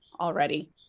already